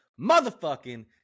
Motherfucking